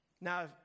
Now